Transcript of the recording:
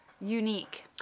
unique